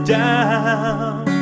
down